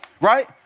Right